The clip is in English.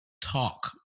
talk